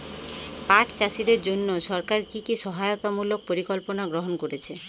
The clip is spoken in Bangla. পাট চাষীদের জন্য সরকার কি কি সহায়তামূলক পরিকল্পনা গ্রহণ করেছে?